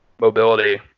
mobility